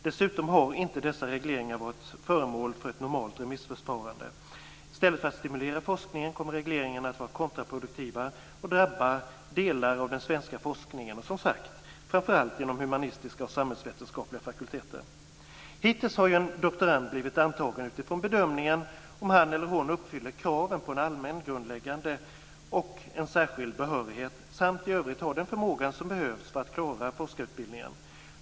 Dessutom har inte dessa regleringar varit föremål för ett normalt remissförfarande. I stället för att stimulera forskningen kommer regleringarna att vara kontraproduktiva och drabba delar av den svenska forskningen, som sagt framför allt inom de humanistiska och samhällsvetenskapliga fakulteterna. Hittills har en doktorand blivit antagen utifrån bedömningen att han eller hon uppfyller krav på en allmän grundläggande och på en särskild behörighet samt i övrigt har den förmåga som behövs för att klara forskarutbildningen.